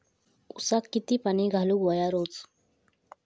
ऊसाक किती पाणी घालूक व्हया रोज?